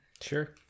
Sure